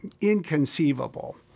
inconceivable